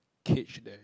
cage there